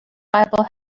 bible